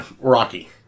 Rocky